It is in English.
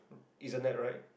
isn't that right